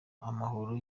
amahoro